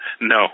No